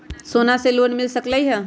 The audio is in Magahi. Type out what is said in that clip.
सोना से लोन मिल सकलई ह?